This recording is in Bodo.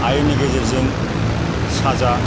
आयेननि गेजेरजों साजा